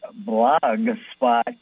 blogspot